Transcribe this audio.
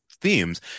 themes